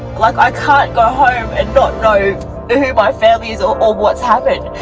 look, i can't go home and not know who my family is or what's happened.